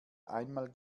einmal